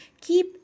Keep